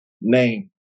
name